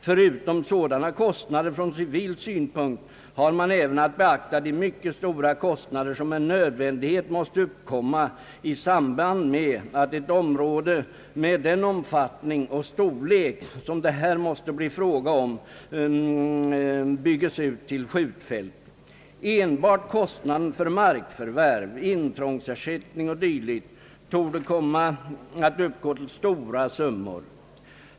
Förutom sådana kostnader från civil synpunkt har man även att beakta de mycket stora kostnader, som med nödvändighet måste uppkomma i samband med att ett område med den omfattning och storlek, som det här måste bli fråga om, dvs. 45 000 hektar, bygges ut till skjutfält. Enbart kostnaden för markförvärv, intrångsersättning o. d. torde komma att uppgå till stora summor.